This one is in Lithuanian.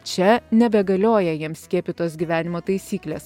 čia nebegalioja jiems skiepytos gyvenimo taisyklės